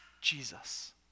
Jesus